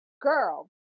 Girl